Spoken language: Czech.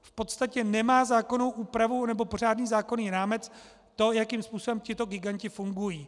V podstatě nemá zákonnou úpravu nebo pořádný zákonný rámec to, jakým způsobem tito giganti fungují.